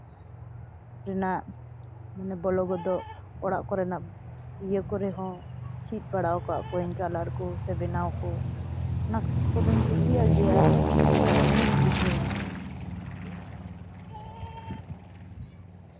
ᱨᱮᱱᱟᱜ ᱢᱟᱱᱮ ᱵᱚᱞᱚ ᱜᱚᱫᱚᱜ ᱚᱠᱚᱨᱮᱱᱟᱜ ᱤᱭᱟᱹ ᱠᱚᱨᱮ ᱦᱚᱸ ᱪᱤᱫ ᱵᱟᱲᱟᱣ ᱠᱟᱜ ᱠᱚᱣᱟᱹᱧ ᱠᱟᱞᱟᱨ ᱠᱚ ᱥᱮ ᱵᱮᱱᱟᱣ ᱠᱚ ᱚᱱᱟ ᱠᱚᱫᱚᱧ ᱠᱩᱥᱤᱭᱟᱜ ᱜᱮᱭᱟ ᱢᱚᱡᱽ ᱦᱚᱧ ᱵᱩᱡᱷᱟᱹᱣᱟ